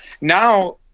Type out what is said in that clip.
now